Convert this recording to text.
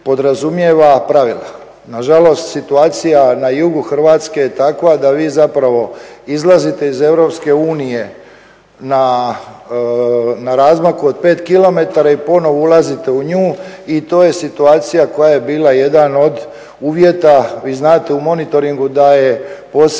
Nažalost, situacija na jugu Hrvatske je takva da vi zapravo izlazite iz Europske unije na razmaku od 5 km i ponovo ulazite u nju i to je situacija koja je bila jedan od uvjeta. Vi znate u monitoringu da je posebno